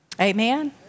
Amen